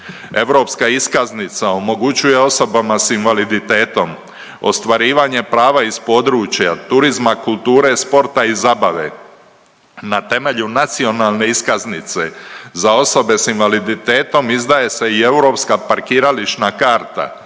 Europska iskaznica omogućuje osobama s invaliditetom ostvarivanje prava iz područja turizma, kulture, sporta i zabave. Na temelju nacionalne iskaznice, za osobe s invaliditetom izdaje se i europska parkirališna karta,